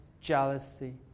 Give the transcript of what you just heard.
jealousy